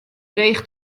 dreech